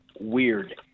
weird